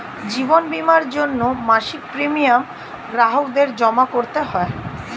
জীবন বীমার জন্যে মাসিক প্রিমিয়াম গ্রাহকদের জমা করতে হয়